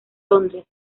londres